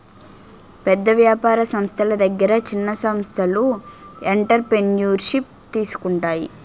పెద్ద వ్యాపార సంస్థల దగ్గర చిన్న సంస్థలు ఎంటర్ప్రెన్యూర్షిప్ తీసుకుంటాయి